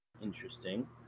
Interesting